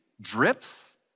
drips